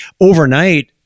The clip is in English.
overnight